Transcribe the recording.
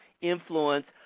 influence